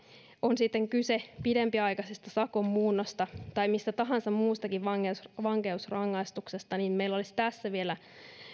on sitten kyse pidempiaikaisesta sakonmuunnosta tai mistä tahansa muustakin vankeusrangaistuksesta niin näen että meillä olisi tässä vielä